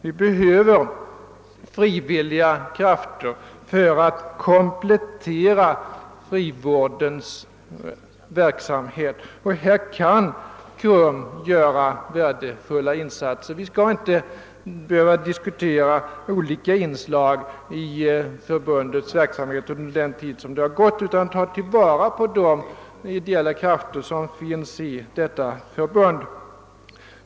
Vi behöver frivilliga krafter för att komplettera frivårdens verksamhet och det är på det området som KRUM gör värdefulla insatser. Vi skall inte behöva diskutera olika inslag i förbundets verksamhet under den tid som gått, utan vi skall tillvarataga de ideella krafter som finns i förbundet.